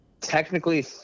technically